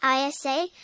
ISA